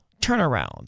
turnaround